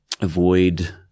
Avoid